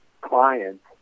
clients